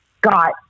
got